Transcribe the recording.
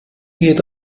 geht